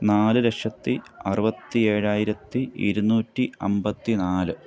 നാല് ലക്ഷത്തി അറുപത്തി ഏഴായിരത്തി ഇരുന്നൂറ്റി അമ്പത്തി നാല്